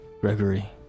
Gregory